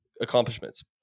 accomplishments